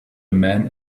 men